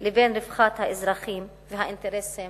לבין רווחת האזרחים והאינטרסים